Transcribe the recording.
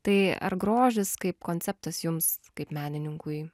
tai ar grožis kaip konceptas jums kaip menininkui